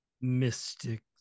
mystic